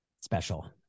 special